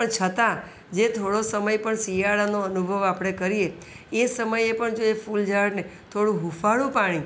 પણ છતાં જે થોડો સમય પણ શિયાળાનો અનુભવ આપણે કરીએ એ સમયે પણ જો એ ફૂલ ઝાડને થોડું હુંફાળું પાણી